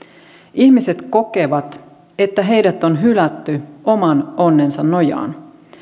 ihmiset kokevat että heidät on hylätty oman onnensa nojaan